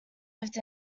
lived